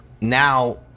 now